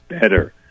better